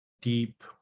deep